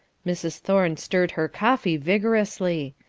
mrs. thorne stirred her coffee vigorously.